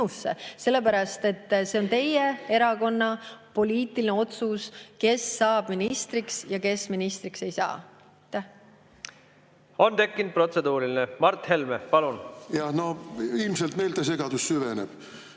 sellepärast et see on teie erakonna poliitiline otsus, kes saab ministriks ja kes ministriks ei saa. On tekkinud protseduuriline. Mart Helme, palun! On tekkinud protseduuriline.